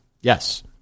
Yes